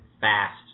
fast